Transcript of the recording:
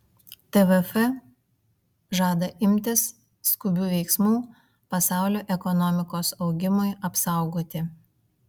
tvf žada imtis skubių veiksmų pasaulio ekonomikos augimui apsaugoti